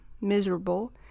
miserable